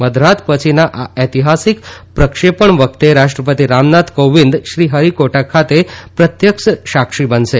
મધરાત છીના આ ઐતિહાસિક પ્રક્ષે ણ વખતે રાષ્ટ્ર તિ રામનાથ કોવિંદ શ્રી હરિકોદ્દા ખાતે પ્રત્યક્ષ સાક્ષી બનશે